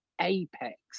apex